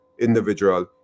individual